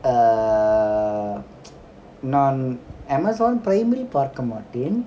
err நான்:naan amazon prime இல்பார்க்கமாட்டேன்:il parkka matden